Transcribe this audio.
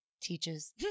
teaches